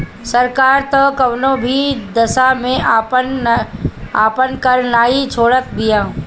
सरकार तअ कवनो भी दशा में आपन कर नाइ छोड़त बिया